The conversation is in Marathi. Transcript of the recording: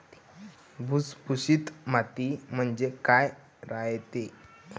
भुसभुशीत माती म्हणजे काय रायते?